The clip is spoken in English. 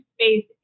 space